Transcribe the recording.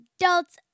adults